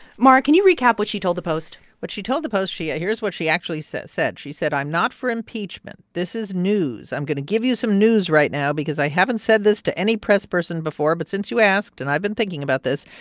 mara, can you recap what she told the post? what she told the post she ah here's what she actually said. she said, i'm not for impeachment. this is news. i'm going to give you some news right now because i haven't said this to any press person before. but since you asked and i've been thinking about this,